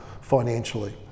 financially